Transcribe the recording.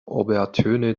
obertöne